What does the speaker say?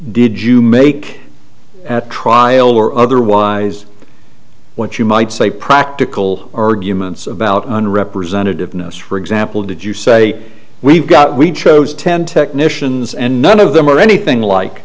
did you make at trial or otherwise what you might say practical arguments about on representativeness for example did you say we've got we chose ten technicians and none of them or anything like